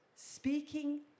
Speaking